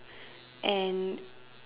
and